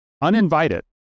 uninvited